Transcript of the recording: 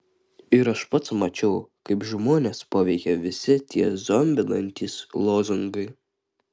ir aš pats mačiau kaip žmones paveikia visi tie zombinantys lozungai